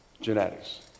genetics